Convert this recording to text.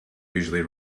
usually